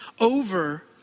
over